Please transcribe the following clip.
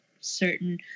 certain